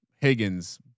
Higgins